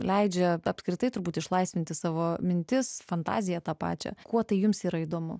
leidžia apskritai turbūt išlaisvinti savo mintis fantaziją tą pačia kuo tai jums yra įdomu